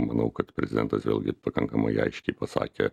manau kad prezidentas vėlgi pakankamai aiškiai pasakė